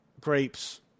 grapes